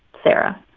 sarah